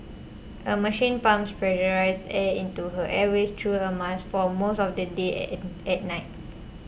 a machine pumps pressurised air into her airways through a mask for most of the day and at night